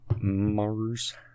mars